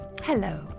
Hello